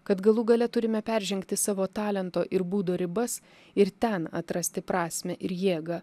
kad galų gale turime peržengti savo talento ir būdo ribas ir ten atrasti prasmę ir jėgą